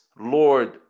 Lord